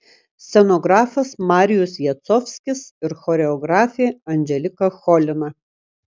scenografas marijus jacovskis ir choreografė anželika cholina